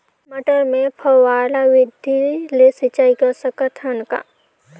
मटर मे फव्वारा विधि ले सिंचाई कर सकत हन का?